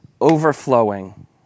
overflowing